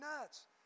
nuts